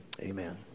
amen